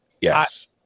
yes